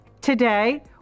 Today